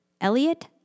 Elliot